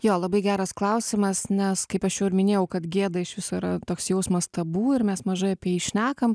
jo labai geras klausimas nes kaip aš jau ir minėjau kad gėda iš viso yra toks jausmas tabu ir mes mažai apie jį šnekam